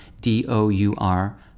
d-o-u-r